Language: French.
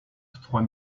trois